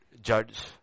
judge